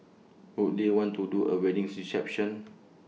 would they want to do A wedding reception